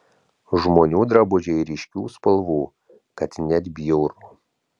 žmonių drabužiai ryškių spalvų kad net bjauru